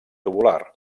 tubular